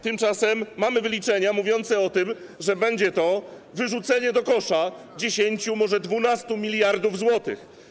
Tymczasem mamy wyliczenia mówiące o tym, że będzie to wyrzucenie do kosza 10, może 12 mld zł.